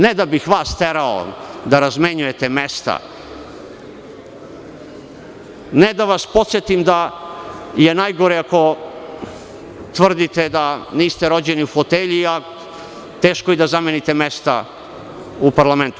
Ne da bih vas terao da razmenjujete mesta, ne da vas podsetim da je najgore ako tvrdite da niste rođeni u fotelji, a teško je i da zamenite mesta u parlamentu.